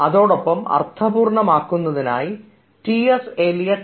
അതോടൊപ്പം അർത്ഥപൂർണ്ണം ആക്കുന്നതിനായി ടി എസ് എലിയട്ട് T